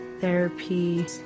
therapy